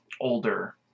older